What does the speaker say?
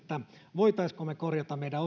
voisimmeko me korjata meidän